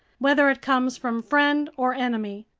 whether it comes from friend or enemy.